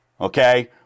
Okay